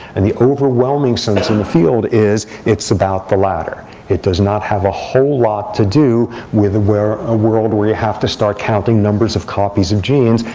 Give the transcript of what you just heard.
and the overwhelming sense in the field is it's about the latter. it does not have a whole lot to do with a world where you have to start counting numbers of copies of genes,